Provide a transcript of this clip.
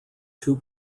two